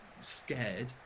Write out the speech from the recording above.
scared